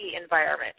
environment